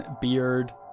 Beard